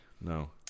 No